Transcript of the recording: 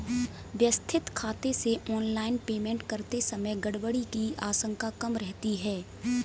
व्यवस्थित खाते से ऑनलाइन पेमेंट करते समय गड़बड़ी की आशंका कम रहती है